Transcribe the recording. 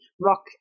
rock